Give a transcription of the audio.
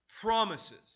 promises